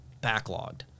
backlogged